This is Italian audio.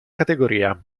categoria